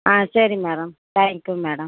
ஆ சரி madam thank you madam